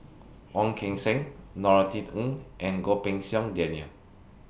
Ong Keng Sen Norothy Ng and Goh Pei Siong Daniel